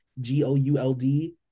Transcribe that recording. G-O-U-L-D